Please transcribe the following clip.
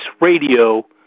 Radio